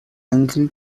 uncle